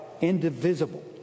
indivisible